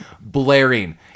blaring